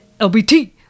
LBT